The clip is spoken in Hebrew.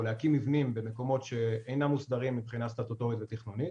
או להקים מבנים במקומות שאינם מוסדרים מבחינה סטטוטורית ותכנונית.